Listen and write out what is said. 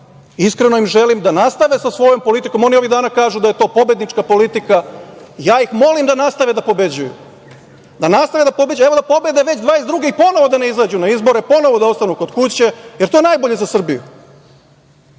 iskreno im želim da nastave sa svojom politikom. Oni ovih dana kažu da je to pobednička politika, ja ih molim da nastave da pobeđuju, da pobede 2022. godine i da ponovo ne izađu na izbore, ponovo da ostanu kod kuće, jer je to najbolje za Srbiju.